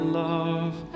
love